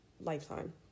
lifetime